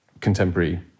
contemporary